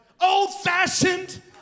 old-fashioned